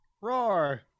Roar